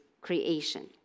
creation